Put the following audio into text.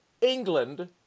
England